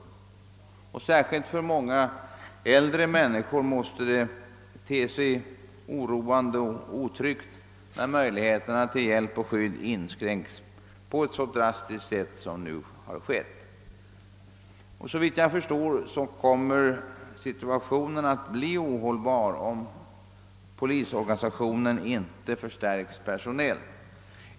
Särskilt för många äldre människor måste det inge oro och otrygghet, att möjligheterna till hjälp och skydd inskränks så drastiskt som nu har skett. Såvitt jag förstår kommer situationen att bli ohållbar om polisorganisationen inte förstärks personellt.